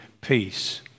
peace